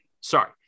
Sorry